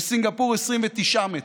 בסינגפור 29 מתים,